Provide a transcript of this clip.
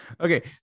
Okay